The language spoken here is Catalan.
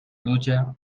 pluja